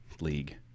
league